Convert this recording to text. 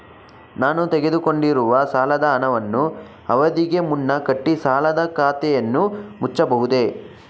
ನಾನು ತೆಗೆದುಕೊಂಡಿರುವ ಸಾಲದ ಹಣವನ್ನು ಅವಧಿಗೆ ಮುನ್ನ ಕಟ್ಟಿ ಸಾಲದ ಖಾತೆಯನ್ನು ಮುಚ್ಚಬಹುದೇ?